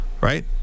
Right